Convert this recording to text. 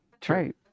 True